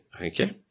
Okay